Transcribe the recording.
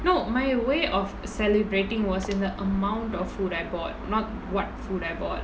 no my way of celebrating was in the amount of food I bought not what food I bought